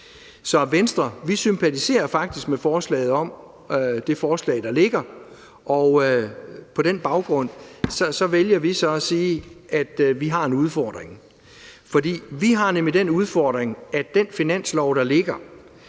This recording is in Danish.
Så i Venstre sympatiserer vi faktisk med det forslag, der ligger, og på den baggrund vælger vi så at sige, at vi har en udfordring. For vi har nemlig den udfordring, at man med den finanslov, der ligger,